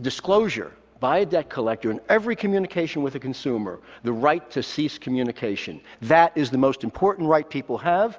disclosure by a debt collector and every communication with a consumer, the right to cease communication. that is the most important right people have.